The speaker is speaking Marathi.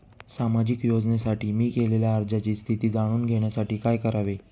सामाजिक योजनेसाठी मी केलेल्या अर्जाची स्थिती जाणून घेण्यासाठी काय करावे?